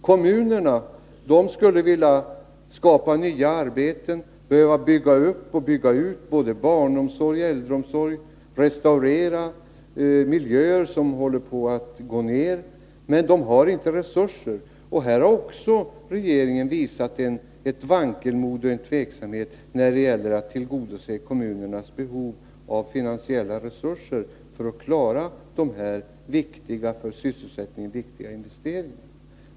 Kommunerna skulle vilja skapa nya arbeten, de behöver bygga upp och bygga ut barnomsorg, äldreomsorg och restaurera miljöer som håller på att förstöras, men de har inte resurser. Även här har regeringen visat ett vankelmod och en tveksamhet när det gäller att tillgodose kommunernas behov av finansiella resurser för att klara dessa för sysselsättningen viktiga investeringar.